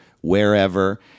wherever